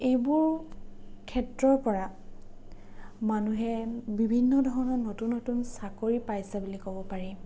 এইবোৰ ক্ষেত্ৰৰ পৰা মানুহে বিভিন্ন ধৰণৰ নতুন নতুন চাকৰি পাইছে বুলি ক'ব পাৰি